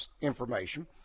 information